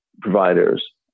providers